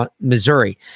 Missouri